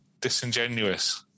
disingenuous